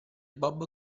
bob